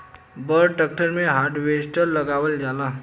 बड़ ट्रेक्टर मे हार्वेस्टर लगावल जाला